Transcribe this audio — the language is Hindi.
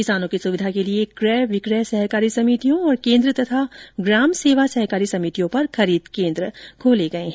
किसानों की सुविधा के लिए क्रय विक्रय सहकारी समितियों और केन्द्र तथा ग्राम सेवा सहकारी समितियों पर खरीद केन्द्र खोले गए है